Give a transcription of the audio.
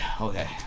okay